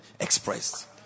expressed